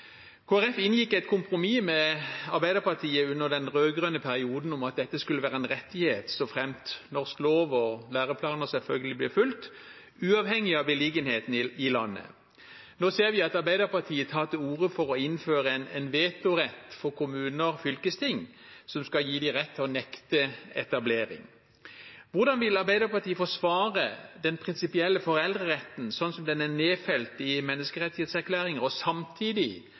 inngikk et kompromiss med Arbeiderpartiet under den rød-grønne perioden om at dette skulle være en rettighet, selvfølgelig såfremt norsk lov og læreplaner ble fulgt, uavhengig av beliggenheten i landet. Nå ser vi at Arbeiderpartiet tar til orde for å innføre en vetorett for kommuner og fylkesting som skal gi dem rett til å nekte etablering. Hvordan vil Arbeiderpartiet forsvare den prinsipielle foreldreretten, slik den er nedfelt i menneskerettighetserklæringen, og samtidig